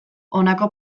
honako